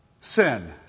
Sin